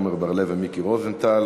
עמר בר-לב ומיקי רוזנטל.